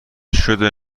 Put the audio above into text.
شده